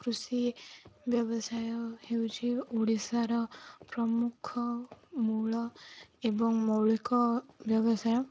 କୃଷି ବ୍ୟବସାୟ ହେଉଛି ଓଡ଼ିଶାର ପ୍ରମୁଖ ମୂଳ ଏବଂ ମୌଳିକ ବ୍ୟବସାୟ